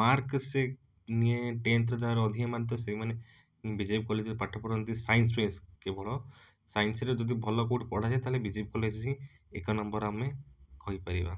mark ସେ ନିଏ tenth ଯାହାର ଅଧିକ ମାର୍କ ଥିବ ସେଇ ମାନେ ବିଜେପି କଲେଜ ରେ ପାଠ ପଢ଼ନ୍ତି ସାଇନ୍ସ ବେସ୍ କେବଳ ସାଇନ୍ସ ରେ ଯଦି ଭଲ କେଉଁଠି ପଢ଼ାଯାଏ ତାହେଲେ ବିଜେପି କଲେଜ ହିଁ ଏକ ନମ୍ବର ଆମେ କହିପାରିବା